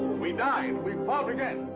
we died, we fought again!